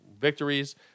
victories